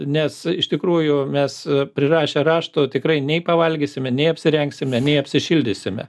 nes iš tikrųjų mes prirašę raštų tikrai nei pavalgysime nei apsirengsime nei apsišildysime